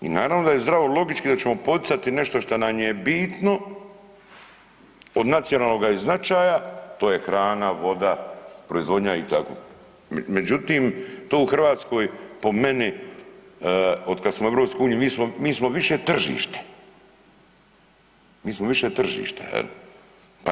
I naravno da je zdravo logički da ćemo poticati nešto što nam je bitno od nacionalnoga je značaja, to je hrana, voda, proizvodnja i tako, međutim to u Hrvatskoj po meni od kad smo u EU mi smo više tržište, mi smo više tržište je li.